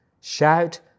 Shout